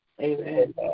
Amen